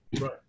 right